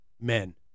men